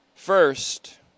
First